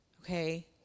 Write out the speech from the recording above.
Okay